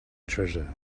treasure